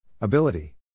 Ability